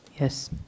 YES